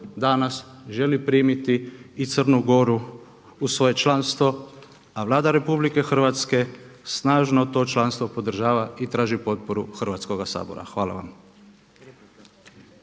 danas želi primiti i Crnu Goru u svoje članstvo, a Vlada RH snažno to članstvo podržava i traži potporu Hrvatskoga sabora. Hvala vam.